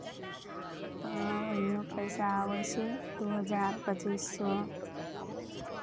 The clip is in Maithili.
ओहिनो पैसा आबै छै दू हजार पचीस सए